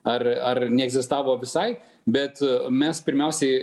ar ar neegzistavo visai bet mes pirmiausiai